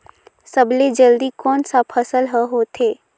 सबले जल्दी कोन सा फसल ह होथे?